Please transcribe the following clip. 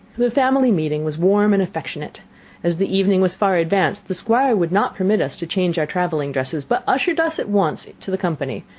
the family meeting was warm and affectionate as the evening was far advanced, the squire would not permit us to change our travelling dresses, but ushered us at once to the company,